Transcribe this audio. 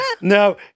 No